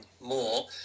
more